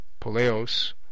poleos